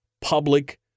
public